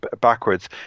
backwards